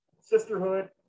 Sisterhood